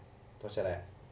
脱下来